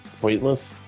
pointless